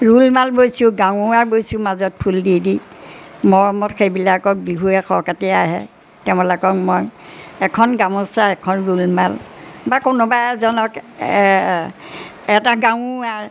ৰুমাল বৈছোঁ গাঁৱৰ বৈছোঁ মাজত ফুল দি দি মৰমত সেইবিলাকক বিহুৱে সংক্ৰান্তিয়ে আহে তেওঁবিলাকক মই এখন গামোচা এখন ৰুমাল বা কোনোবা এজনক এটা গাৰুৱাৰ